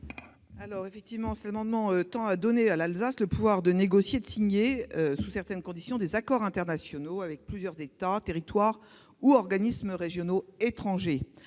la commission ? Cet amendement tend à donner à l'Alsace le pouvoir de négocier et de signer, sous certaines conditions, des accords internationaux avec plusieurs États, territoires ou organismes régionaux étrangers.